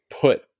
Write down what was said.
put